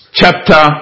chapter